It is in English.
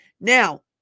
now